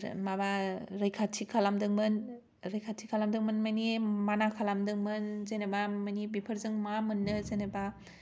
माबा रैखाथि खालामदोंमोन रैखाथि खालामदोंमोन मानि माना खालामदोंमोन जेनेबा मानि बोफोरजों मा मोन्नो जेनेबा